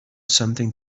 something